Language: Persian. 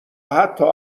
حتا